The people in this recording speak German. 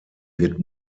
wird